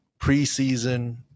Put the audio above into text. preseason